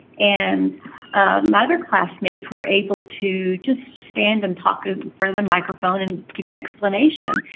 and my other classmates were able to just stand and talk in front of the microphone and give an explanation.